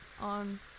on